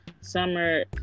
summer